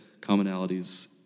commonalities